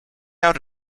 out